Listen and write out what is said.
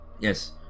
yes